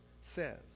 says